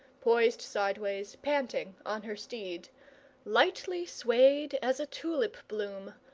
poised sideways, panting, on her steed lightly swayed as a tulip-bloom,